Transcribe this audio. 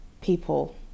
people